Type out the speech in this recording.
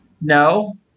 No